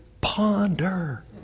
Ponder